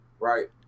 Right